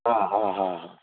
हां हां हां हां